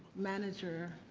manager,